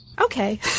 Okay